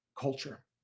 culture